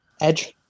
Edge